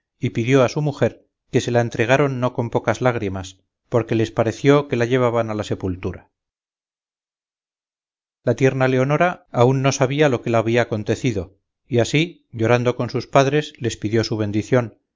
y pidió a su mujer que se la entregaron no con pocas lágrimas porque les pareció que la llevaban a la sepultura la tierna leonora aún no sabía lo que la había acontecido y así llorando con sus padres les pidió su bendición